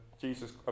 Jesus